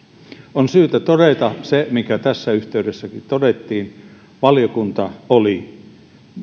on syytä todeta se mikä tässäkin yhteydessä todettiin valiokunta oli